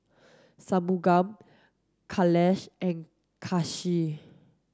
Shunmugam Kailash and Kanshi